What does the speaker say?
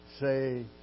say